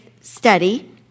study